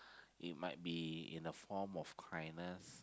it might be in the form of cryness